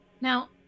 Now